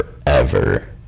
forever